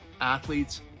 athletes